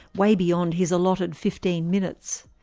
way beyond his allotted fifteen minutes.